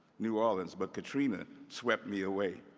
new orleans, but katrina swept me away.